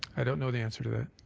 i don't know the answer to that.